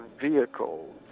vehicles